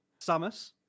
Samus